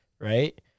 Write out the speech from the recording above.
Right